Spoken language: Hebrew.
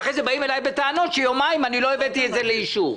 ואחרי כן באים אליי בטענות שיומיים לא הבאתי את זה לאישור.